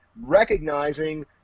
recognizing